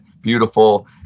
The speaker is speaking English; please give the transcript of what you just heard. beautiful